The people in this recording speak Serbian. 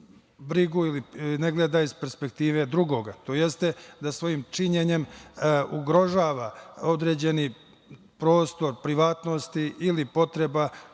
ili ne gleda ih perspektive drugoga tj. da svojim činjenjem ugrožava određeni prostor privatnosti ili potreba